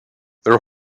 their